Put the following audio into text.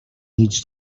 needs